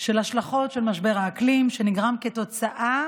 של השלכות משבר האקלים, שנגרם כתוצאה